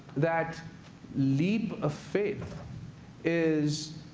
that leap of faith is